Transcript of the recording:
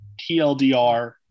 TLDR